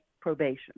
probation